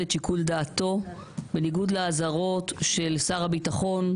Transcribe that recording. את שיקול דעתו בניגוד לאזהרות של שר הביטחון,